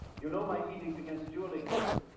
you know my edict against dueling, nephew.